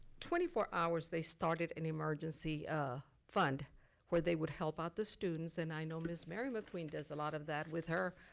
twenty four hours, they started an emergency fund where they would help out the students. and i know ms. mary mcqueen does a lot of that with her